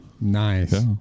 nice